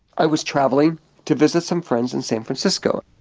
i was traveling to visit some friends in san francisco.